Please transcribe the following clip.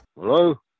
Hello